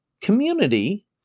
community